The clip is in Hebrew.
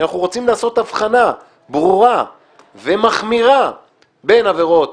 שאנחנו רוצים לעשות הבחנה ברורה ומחמירה בין עבירות